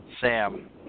Sam